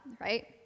right